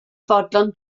fodlon